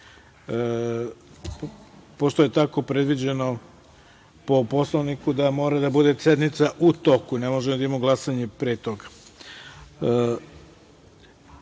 pošto je tako predviđeno po Poslovniku da mora da bude sednica u toku, ne možemo da imamo glasanje pre